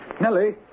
Nellie